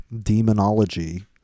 demonology